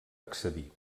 accedir